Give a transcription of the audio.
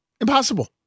Impossible